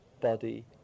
body